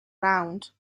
round